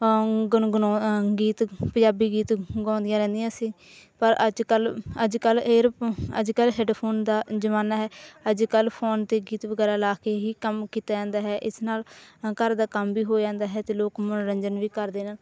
ਗੁਨ ਗੁਨਾ ਗੀਤ ਪੰਜਾਬੀ ਗੀਤ ਗਾਉਂਦੀਆਂ ਰਹਿੰਦੀਆਂ ਸੀ ਪਰ ਅੱਜ ਕੱਲ ਅੱਜ ਕੱਲ ਏਅਰ ਅੱਜ ਕੱਲ ਹੈਡਫੋਨ ਦਾ ਜ਼ਮਾਨਾ ਹੈ ਅੱਜ ਕੱਲ ਫੋਨ 'ਤੇ ਗੀਤ ਵਗੈਰਾ ਲਾ ਕੇ ਹੀ ਕੰਮ ਕੀਤਾ ਜਾਂਦਾ ਹੈ ਇਸ ਨਾਲ ਘਰ ਦਾ ਕੰਮ ਵੀ ਹੋ ਜਾਂਦਾ ਹੈ ਅਤੇ ਲੋਕ ਮਨੋਰੰਜਨ ਵੀ ਕਰਦੇ ਨੇ